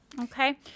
Okay